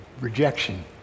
rejection